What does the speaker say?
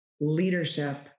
leadership